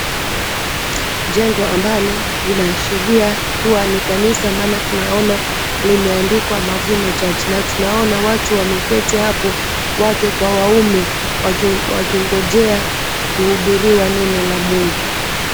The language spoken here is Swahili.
Jengo ambalo linaashiria kuwa ni kanisa maana tunaona limeandikwa Mavuno (cs)Church(cs) na tunaona watu wameketi hapo wake kwa waume wakingojea kuhubiriwa neno la Mungu.